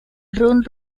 run